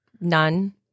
None